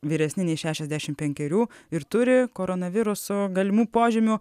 vyresni nei šešiasdešimt penkerių ir turi koronaviruso galimų požymių